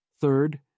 Third